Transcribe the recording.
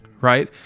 right